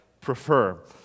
prefer